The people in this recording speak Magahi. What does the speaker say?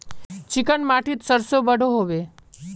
चिकन माटित सरसों बढ़ो होबे?